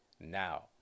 now